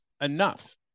enough